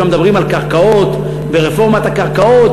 כשגם מדברים על קרקעות ברפורמת הקרקעות,